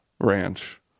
ranch